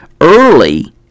early